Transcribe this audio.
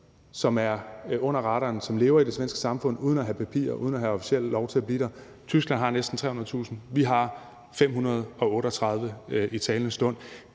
som går under radaren, og som lever i det svenske samfund uden at have papirer og uden at have officielt lov til at blive der. Tyskland har næsten 300.000. Vi har 538 i talende stund.